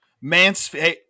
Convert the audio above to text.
Mansfield